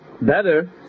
Better